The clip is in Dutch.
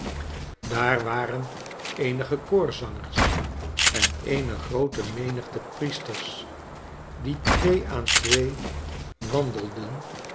daar waren eenige koorzangers en eene groote menigte priesters die twee aan twee wandelden